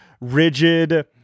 rigid